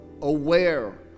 aware